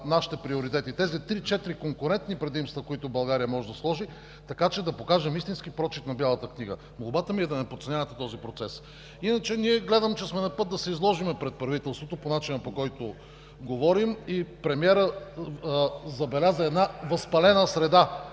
нашите приоритети – тези три, четири конкурентни предимства, които България може да сложи, така че да покажем истински прочит на Бялата книга. Молбата ми е да не подценявате този процес. Ние, гледам, че сме на път да се изложим пред правителството по начина, по който говорим и премиерът забеляза една възпалена среда.